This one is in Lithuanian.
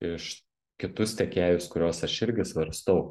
iš kitus tiekėjus kurios aš irgi svarstau